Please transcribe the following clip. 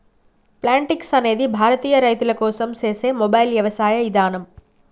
Plantix అనేది భారతీయ రైతుల కోసం సేసే మొబైల్ యవసాయ ఇదానం